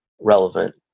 relevant